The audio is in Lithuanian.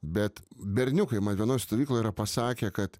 bet berniukai vienoj stovykloj yra pasakę kad